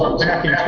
um attacking